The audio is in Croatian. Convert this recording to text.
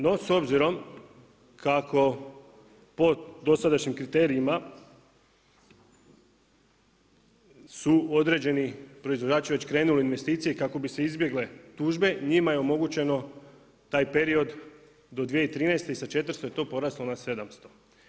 No s obzirom kako po dosadašnjim kriterijima su određeni proizvođači već krenuli u investicije kako bi se izbjegle tužbe, njima je omogućeno taj period do 2013., i sa 400 je to poraslo na 700.